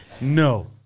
No